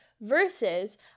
versus